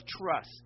trust